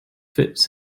fits